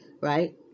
right